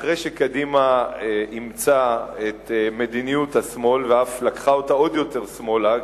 אחרי שקדימה אימצה את מדיניות השמאל ואף לקחה אותה עוד יותר שמאלה,